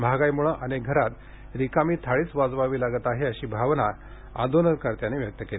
महागाईमुळे अनेक घरात रिकामी थाळीच वाजवावी लागत आहे अशी भावना आंदोलनकर्त्यांनी व्यक्त केली